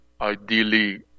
ideally